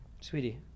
sweetie